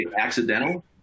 accidental